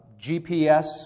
GPS